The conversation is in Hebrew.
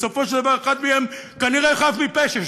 בסופו של דבר אחד מהם כנראה חף מפשע,